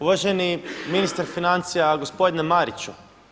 Uvaženi ministre financija gospodine Mariću.